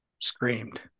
screamed